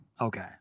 Okay